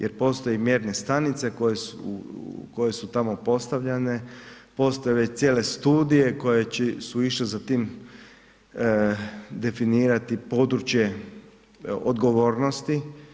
Jer postoje mjerne stanice koje su tamo postavljane, postoje već cijele studije koje su išle za tim definirati područje odgovornosti.